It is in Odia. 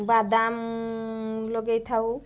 ବାଦାମ ଲଗାଇଥାଉ